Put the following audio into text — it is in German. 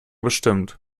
bestimmt